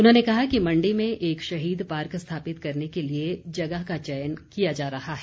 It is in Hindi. उन्होंने कहा कि मण्डी में एक शहीद पार्क स्थापित करने के लिए जगह का चयन किया जा रहा है